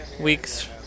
Weeks